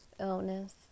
illness